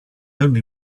only